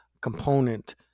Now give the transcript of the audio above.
component